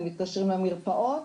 הם מתקשרים למרפאות